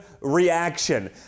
reaction